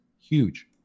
huge